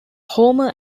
homer